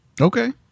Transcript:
Okay